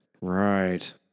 right